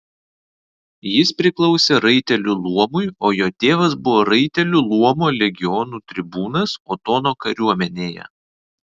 jis priklausė raitelių luomui o jo tėvas buvo raitelių luomo legionų tribūnas otono kariuomenėje